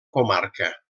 comarca